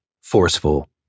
forceful